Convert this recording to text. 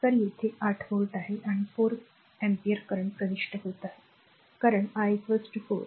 तर येथे 8 व्होल्ट आहे आणि 4 अँपिअर करंट प्रविष्ट होत आहे कारण I 4